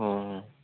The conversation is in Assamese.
অঁ